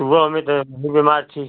सुबह में तो नहीं बिमार थी